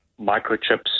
microchips